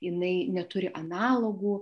jinai neturi analogų